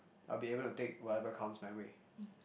I'll be able to take whatever comes my way